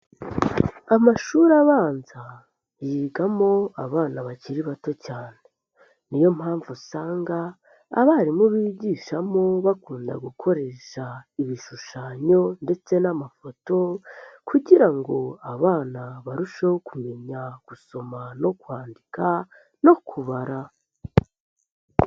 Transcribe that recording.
Amashuri abanza yigamo abana bakiri bato cyane ni yo mpamvu usanga abarimu bigishamo bakunda gukoresha ibishushanyo ndetse n'amafoto kugira ngo abana barusheho kumenya gusoma no kwandika no kubara.